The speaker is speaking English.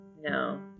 No